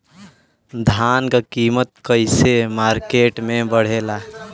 धान क कीमत कईसे मार्केट में बड़ेला?